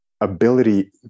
ability